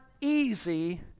easy